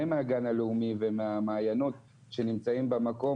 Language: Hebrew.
מהגן הלאומי ומהמעיינות שנמצאים במקום,